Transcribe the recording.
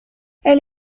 elle